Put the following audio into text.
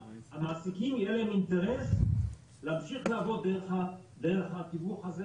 המעסיקים יהיה להם אינטרס להמשיך לעבוד דרך התיווך הזה.